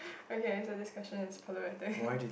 okay so this question is problematic